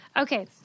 Okay